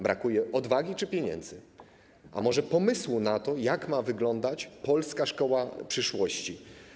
Brakuje odwagi czy pieniędzy, a może pomysłu na to, jak ma wyglądać polska szkoła przyszłości?